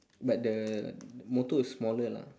but the motor is smaller lah